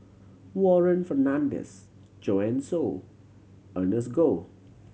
Warren Fernandez Joanne Soo Ernest Goh